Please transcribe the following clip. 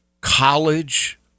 college